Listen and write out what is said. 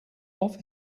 off